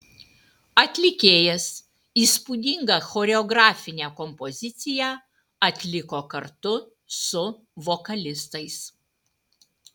atlikėjas įspūdingą choreografinę kompoziciją atliko kartu su vokalistais